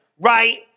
right